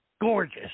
gorgeous